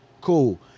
Cool